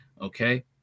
okay